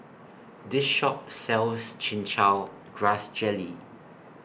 This Shop sells Chin Chow Grass Jelly